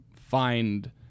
find